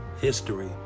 history